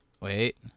Wait